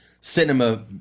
cinema